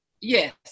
Yes